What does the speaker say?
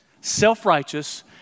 self-righteous